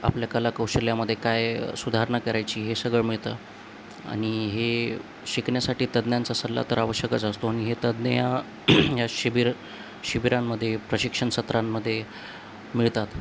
आपल्या कलाकौशल्यामध्ये काय सुधारणा करायची हे सगळं मिळतं आणि हे शिकण्यासाठी तज्ज्ञांचा सल्ला तर आवश्यकच असतो आणि हे तज्ज्ञ या शिबिर शिबिरांमध्ये प्रशिक्षण सत्रांमध्ये मिळतात